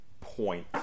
point